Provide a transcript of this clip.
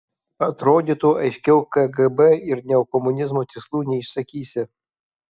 atrodytų aiškiau kgb ir neokomunizmo tikslų neišsakysi